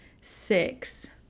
six